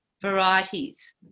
varieties